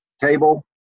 table